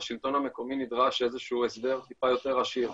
בשלטון המקומי נדרש איזשהו הסבר טיפה יותר עשיר,